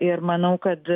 ir manau kad